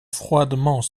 froidement